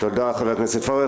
תודה, חבר הכנסת פורר.